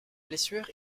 blessure